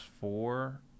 four